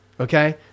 okay